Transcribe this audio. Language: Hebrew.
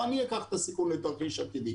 או אני אקח את הסיכון לתרחיש עתידי.